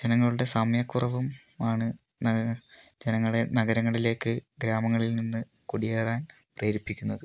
ജനങ്ങളുടെ സമയക്കുറവും ആണ് ജനങ്ങളെ നഗരങ്ങളിലേക്ക് ഗ്രാമങ്ങളിൽ നിന്ന് കുടിയേറാൻ പ്രേരിപ്പിക്കുന്നത്